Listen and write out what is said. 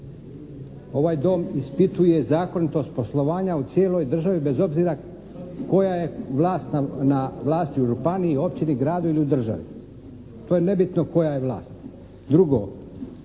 Ovaj Dom ispituje zakonitost poslovanja u cijeloj državi bez obzira koja je vlast na vlasti u županiji, općini, gradu ili u državi? To je nebitno koja je vlast.